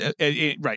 right